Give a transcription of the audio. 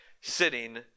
sitting